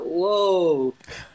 whoa